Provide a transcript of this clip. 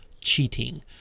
cheating